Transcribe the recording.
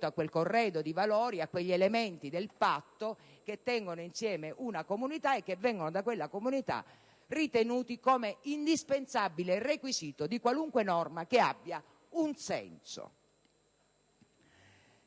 con quel corredo di valori e di elementi del patto che tengono insieme una comunità e che vengono da essa ritenuti come indispensabile requisito di qualunque norma che abbia un senso.